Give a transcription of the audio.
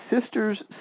sister's